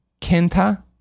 Kenta